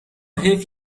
حیف